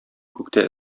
күктә